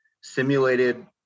simulated